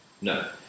No